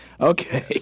Okay